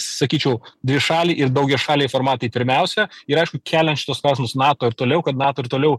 sakyčiau dvišaliai ir daugiašaliai formatai pirmiausia ir aišku keliant šituos klausimus nato ir toliau kad nato ir toliau